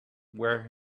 where